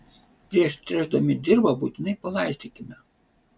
prieš tręšdami dirvą būtinai palaistykime